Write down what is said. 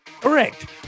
Correct